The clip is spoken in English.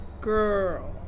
Girl